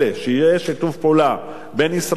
שיהיה שיתוף פעולה בין ישראל,